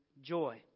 joy